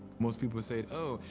most people say, oh,